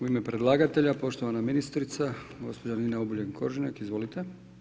U ime predlagatelja, poštovana ministrica gospođa Nina Obuljen Koržinek, izvolite.